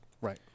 Right